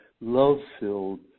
love-filled